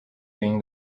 being